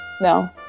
No